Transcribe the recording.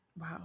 wow